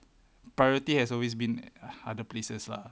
priority has always been other places lah